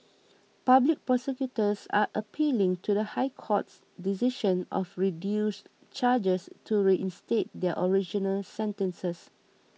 public prosecutors are appealing to the High Court's decision of reduced charges to reinstate their original sentences